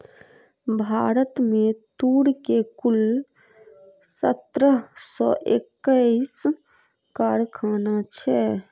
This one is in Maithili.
भारत में तूर के कुल सत्रह सौ एक्कैस कारखाना छै